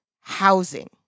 housing